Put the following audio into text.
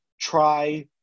try